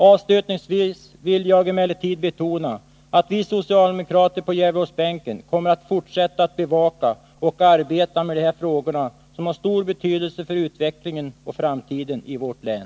Avslutningsvis vill jag emellertid betona att vi socialdemokrater på Gävleborgsbänken kommer att fortsätta att bevaka och arbeta med de här frågorna, som har så stor betydelse för utvecklingen och framtiden i vårt län.